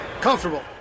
Comfortable